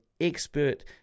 expert